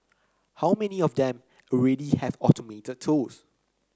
how many of them already have automated tools